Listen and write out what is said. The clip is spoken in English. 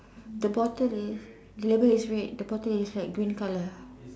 the bottle is the label is red the bottle is like green colour